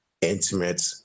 intimate